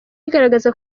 igaragaza